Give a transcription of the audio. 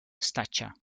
stature